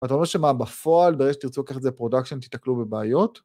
ואתה רואה שמה בפועל ברגע שתרצו לקחת את זה לפרודקשן, תיתקלו בבעיות.